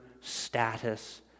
status